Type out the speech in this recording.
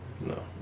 no